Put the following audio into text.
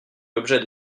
l’objet